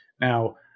Now